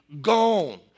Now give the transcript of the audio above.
gone